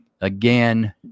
Again